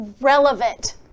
relevant